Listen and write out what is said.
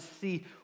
see